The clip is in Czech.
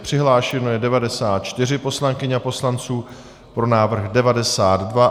Přihlášeno je 94 poslankyň a poslanců, pro návrh 92.